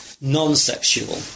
non-sexual